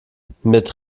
mit